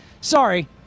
sorry